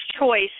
choice